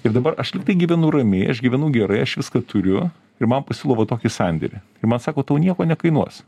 ir dabar aš liktai givenu ramiai aš gyvenu gerai aš viską turiu ir man pasiūlo va tokį sandėrį ir man sako tau nieko nekainuos